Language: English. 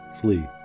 flee